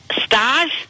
Stars